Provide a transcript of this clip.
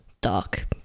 dark